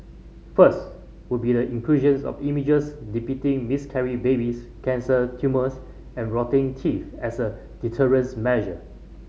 first would be the inclusions of images depicting miscarried babies cancer tumours and rotting teeth as a deterrent measure